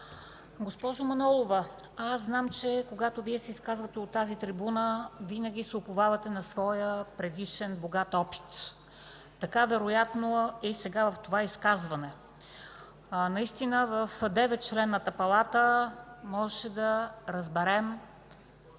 Госпожо Манолова, аз знам, че когато Вие се изказвате от тази трибуна, винаги се уповавате на своя предишен богат опит. Така вероятно и сега в това изказване. Наистина, в 9-членната палата можеше да разберем